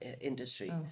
industry